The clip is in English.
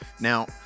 Now